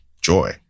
joy